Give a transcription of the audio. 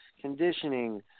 conditioning